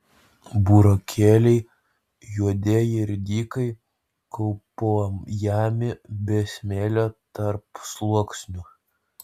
burokėliai juodieji ridikai kaupuojami be smėlio tarpsluoksnių